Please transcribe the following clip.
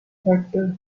factor